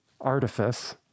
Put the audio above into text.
artifice